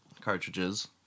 cartridges